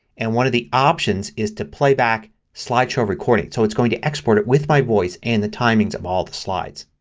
and one of the options is to playback the slideshow recording. so it's going to export it with my voice and the timings of all the slides.